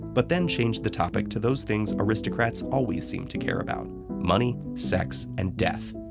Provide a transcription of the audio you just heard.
but then change the topic to those things aristocrats always seem to care about money, sex, and death.